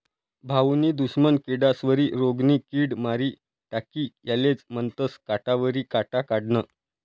भाऊनी दुश्मन किडास्वरी रोगनी किड मारी टाकी यालेज म्हनतंस काटावरी काटा काढनं